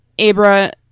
Abra